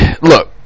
look